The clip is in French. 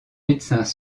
médecins